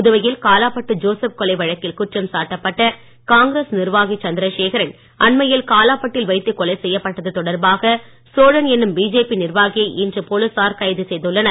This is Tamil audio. புதுவையில் காலாபட்டு ஜோசப் கொலை வழக்கில் குற்றம் சாட்டப்பட்ட காங்கிரஸ் நிர்வாகி சந்திரசேகரன் அண்மையில் காலாபட்டில் வைத்து கொலை செய்யப்பட்டது தொடர்பாக சோழன் என்னும் பிஜேபி நிர்வாகியை இன்று போலீசார் கைது செய்துள்ளனர்